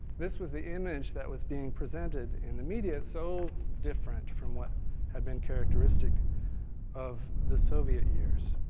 this was the image that was being presented in the media, so different from what had been characteristic of the soviet years.